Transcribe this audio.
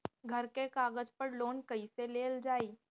घर के कागज पर लोन कईसे लेल जाई?